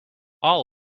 all